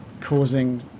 causing